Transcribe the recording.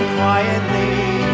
quietly